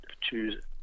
choose